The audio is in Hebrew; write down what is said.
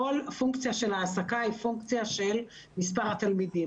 כל הפונקציה של ההעסקה היא פונקציה של מספר התלמידים.